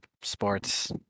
sports